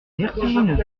vertigineux